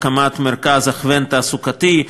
הקמת מרכז הכוון תעסוקתי,